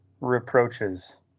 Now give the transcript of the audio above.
reproaches